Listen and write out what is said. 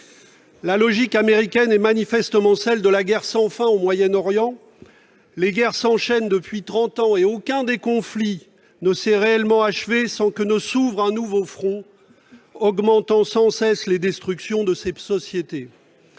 La logique américaine est manifestement celle de la guerre sans fin au Moyen-Orient. Les guerres s'enchaînent depuis trente ans et aucun des conflits ne s'est réellement achevé sans que s'ouvre un nouveau front, augmentant sans cesse les destructions des sociétés.